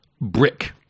Brick